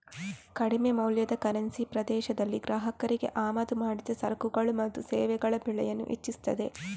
ಕಡಿಮೆ ಮೌಲ್ಯದ ಕರೆನ್ಸಿ ದೇಶದಲ್ಲಿ ಗ್ರಾಹಕರಿಗೆ ಆಮದು ಮಾಡಿದ ಸರಕುಗಳು ಮತ್ತು ಸೇವೆಗಳ ಬೆಲೆಯನ್ನ ಹೆಚ್ಚಿಸ್ತದೆ